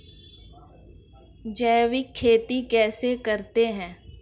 जैविक खेती कैसे करते हैं?